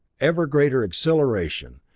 ever greater acceleration,